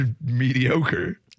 mediocre